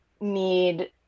need